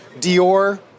Dior